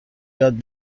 یاد